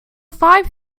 five